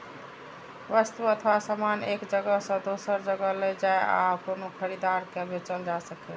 वस्तु अथवा सामान एक जगह सं दोसर जगह लए जाए आ कोनो खरीदार के बेचल जा सकै